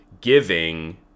giving